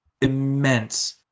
immense